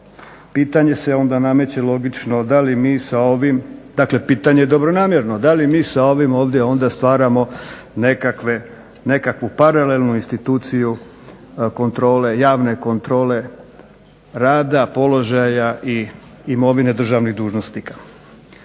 pitanje je dobronamjerno, da li mi sa ovim ovdje onda stvaramo nekakvu paralelnu instituciju kontrole, javne kontrole rada, položaja i imovine državnih dužnosnika.